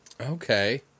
Okay